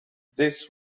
this